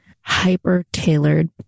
hyper-tailored